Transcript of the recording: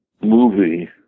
movie